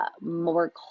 more